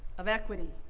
of equity,